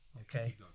Okay